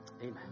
Amen